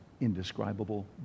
indescribable